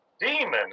Demon